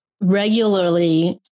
regularly